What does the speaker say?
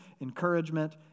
encouragement